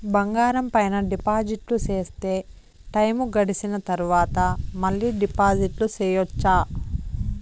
బంగారం పైన డిపాజిట్లు సేస్తే, టైము గడిసిన తరవాత, మళ్ళీ డిపాజిట్లు సెయొచ్చా?